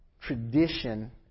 tradition